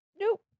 nope